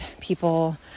people